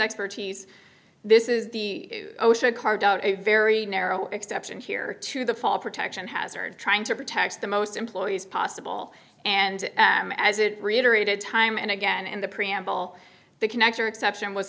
expertise this is the osha carved out a very narrow exception here to the fall protection hazard trying to protect the most employees possible and as it reiterated time and again in the preamble the connector exception was